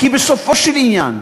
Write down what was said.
כי בסופו של עניין,